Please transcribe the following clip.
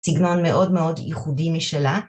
סגנון מאוד מאוד ייחודי משלה.